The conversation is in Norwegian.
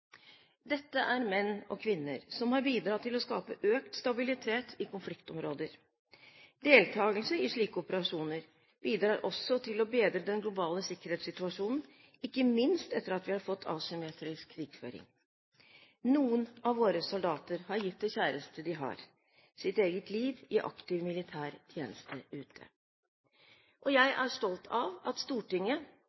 Dette er menn og kvinner som har bidratt til å skape økt stabilitet i konfliktområder. Deltakelse i slike operasjoner bidrar også til å bedre den globale sikkerhetssituasjonen, ikke minst etter at vi har fått asymmetrisk krigføring. Noen av våre soldater har gitt det kjæreste de har, sitt eget liv, i aktiv militær tjeneste ute. Jeg